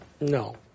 No